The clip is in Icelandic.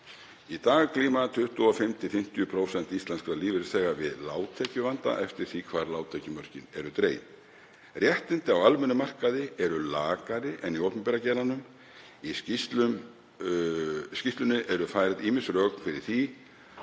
Í dag glíma 25–50% íslenskra lífeyrisþega við tekjuvanda eftir því hvar lágtekjur mörkin eru dregin. Réttindi á almennum markaði eru lakari en í opinbera geiranum. Í skýrslunni eru færð ýmis rök fyrir því